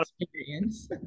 experience